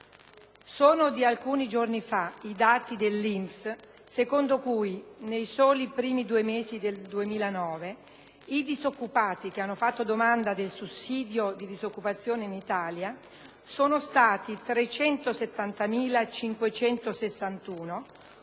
Sono di alcuni giorni fa i dati dell'INPS secondo cui, nei soli primi due mesi del 2009, i disoccupati che hanno fatto domanda del sussidio di disoccupazione in Italia sono stati 370.561,